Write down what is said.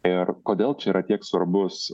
ir kodėl čia yra tiek svarbus